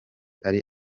ari